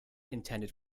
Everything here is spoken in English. intended